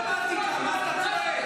מה אתה צועק?